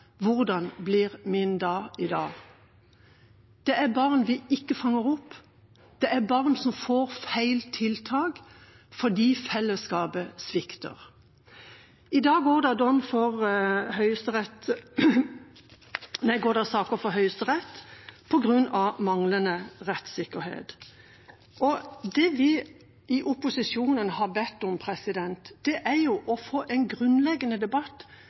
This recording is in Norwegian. Hvordan blir min dag i dag? Det er barn vi ikke fanger opp, det er barn som får feil tiltak fordi fellesskapet svikter. I dag går det saker for Høyesterett på grunn av manglende rettssikkerhet. Det vi i opposisjonen har bedt om, er å få en grunnleggende debatt,